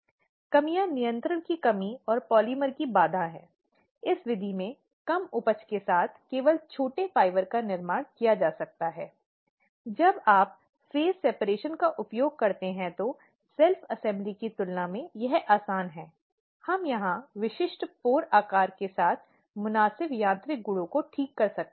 लेकिन यौन उत्पीड़न के मामलों में कई बार पक्ष अलग अलग स्तरों पर होते हैं दोनों पक्ष समान रूप से प्रभावशाली शक्तिशाली या वरिष्ठ स्थिति इत्यादि में नहीं हो सकते हैं